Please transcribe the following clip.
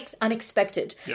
unexpected